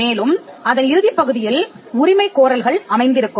மேலும் அதன் இறுதிப்பகுதியில் உரிமை கோரல்கள் அமைந்திருக்கும்